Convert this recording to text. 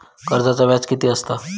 कर्जाचा व्याज कीती असता?